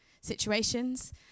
situations